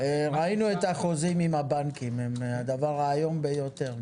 החוזים עם הבנקים הם דבר איום ביותר.